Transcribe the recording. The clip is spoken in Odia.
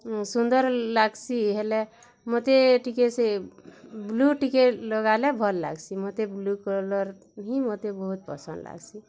ସୁନ୍ଦର୍ ଲାଗ୍ସି ହେଲେ ମତେ ଟିକେ ସେ ବ୍ଲୁ ଟିକେ ଲଗାଲେ ଭଲ୍ ଲାଗ୍ସି ମତେ ବ୍ଲୁ କଲର୍ ହିଁ ମତେ ବହୁତ୍ ପସନ୍ଦ୍ ଲାଗ୍ସି